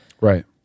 Right